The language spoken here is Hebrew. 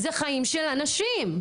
זה חיים של אנשים.